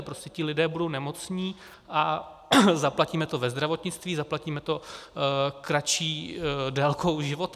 Prostě lidé budou nemocní a zaplatíme to ve zdravotnictví, zaplatíme to kratší délkou života.